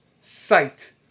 sight